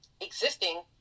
existing